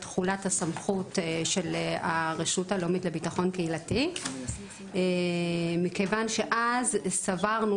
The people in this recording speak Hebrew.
תחולת הסמכות של הרשות הלאומית לביטחון קהילתי כיוון שאז סברנו